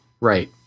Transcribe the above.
Right